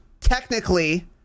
technically